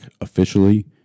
officially